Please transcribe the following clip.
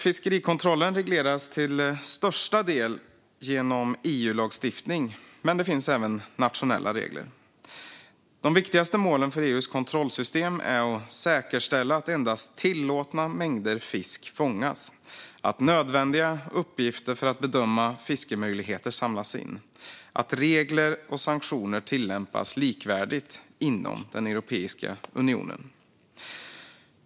Fiskerikontrollen regleras till största del genom EU-lagstiftning, men det finns även nationella regler. De viktigaste målen för EU:s kontrollsystem är att säkerställa att endast tillåtna mängder fisk fångas, att nödvändiga uppgifter för att bedöma fiskemöjligheter samlas in och att regler och sanktioner tillämpas likvärdigt inom Europeiska unionen.